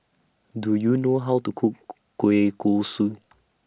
Do YOU know How to Cook Kueh Kosui